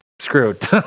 screwed